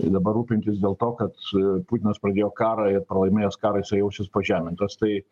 tai dabar rūpintis dėl to kad putinas pradėjo karą ir pralaimėjęs karą jisai jausis pažemintas tai